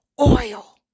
oil